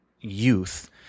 youth